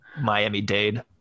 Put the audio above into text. Miami-Dade